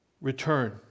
return